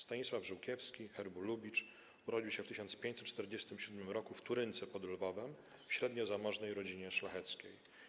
Stanisław Żółkiewski herbu Lubicz urodził się w 1547 roku w Turynce pod Lwowem w średniozamożnej rodzinie szlacheckiej.